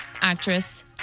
actress